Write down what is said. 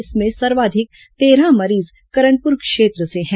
इसमें सर्वाधिक तेरह मरीज करनपुर क्षेत्र से है